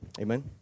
Amen